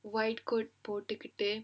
white coat போட்டுக்கிட்டு:pottukkittu